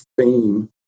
fame